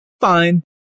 fine